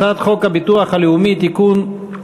הצעת חוק הביטוח הלאומי (תיקון,